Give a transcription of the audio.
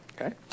Okay